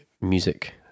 music